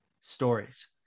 stories